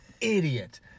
idiot